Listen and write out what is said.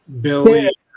Billy